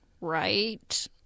right